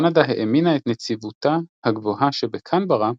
קנדה האמינה את נציבותה הגבוהה שבקנברה,